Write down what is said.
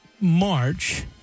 March